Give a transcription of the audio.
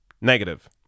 negative